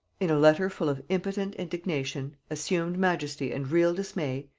in a letter full of impotent indignation, assumed majesty and real dismay,